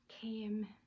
came